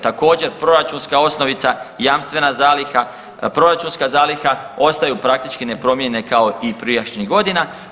Također proračunska osnovica, jamstvena zaliha, proračunska zaliha, ostaju praktički nepromijenjene kao i prijašnjih godina.